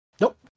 Nope